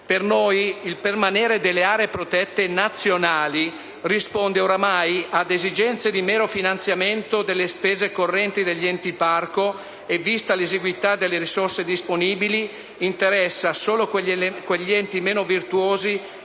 Per noi il permanere delle aree protette nazionali risponde oramai ad esigenze di mero finanziamento delle spese correnti degli enti parco e, vista l'esiguità delle risorse disponibili, interessa solo quegli enti meno virtuosi